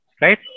right